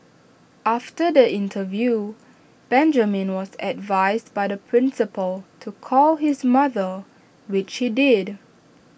after the interview Benjamin was advised by the principal to call his mother which he did